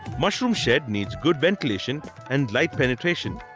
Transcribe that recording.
mushroom shed needs good ventilation and light penetration.